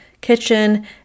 kitchen